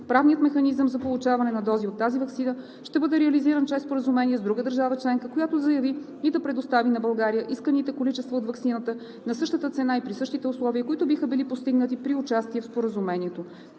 Правният механизъм за получаване на дози от тази ваксина ще бъде реализиран чрез споразумение с друга държава членка, която да заяви и да предостави на България исканите количества от ваксината на същата цена и при същите условия, които биха били постигнати при участие в Споразумението.